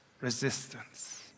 resistance